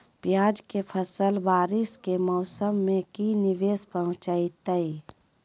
प्याज के फसल बारिस के मौसम में की निवेस पहुचैताई?